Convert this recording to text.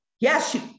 Yes